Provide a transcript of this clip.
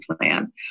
plan